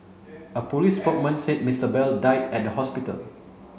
a police spokesman said Mr Bell died at the hospital